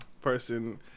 person